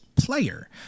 player